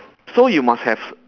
so you must have